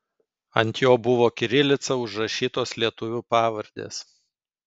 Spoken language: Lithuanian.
ant jo buvo kirilica užrašytos lietuvių pavardės